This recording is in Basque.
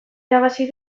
irabazi